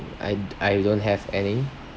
I do~ I don't have any